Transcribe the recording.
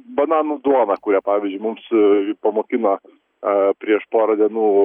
bananų duoną kurią pavyzdžiui mums pamokino aa prieš porą dienų